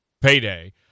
payday